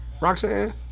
Roxanne